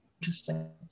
interesting